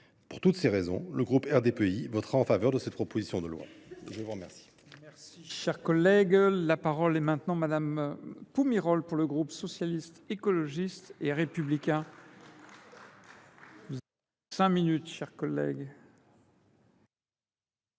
Pour toutes ces raisons, le groupe RDPI votera en faveur de cette proposition de loi. La parole